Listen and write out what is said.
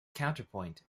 counterpoint